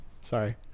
Sorry